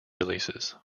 releases